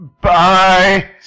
Bye